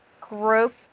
group